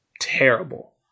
terrible